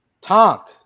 Talk